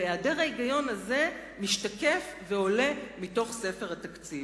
והעדר ההיגיון הזה משתקף ועולה מתוך ספר התקציב.